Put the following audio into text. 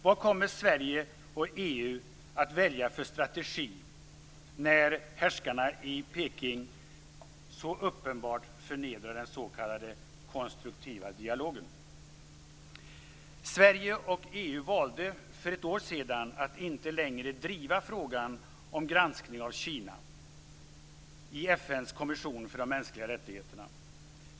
Vad kommer Sverige och EU att välja för strategi, när härskarna i Peking så uppenbart förnedrar den s.k. konstruktiva dialogen? Sverige och EU valde för ett år sedan att inte längre driva frågan om granskning av Kina i FN:s kommission för de mänskliga rättigheterna.